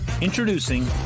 Introducing